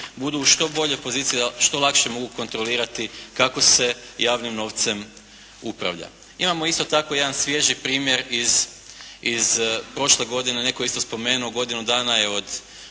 budu u što boljoj poziciji da što lakše mogu kontrolirati kako se javnim novcem upravlja. Imamo isto tako jedan svježi primjer iz prošle godine, netko je isto spomenuo godinu dana je od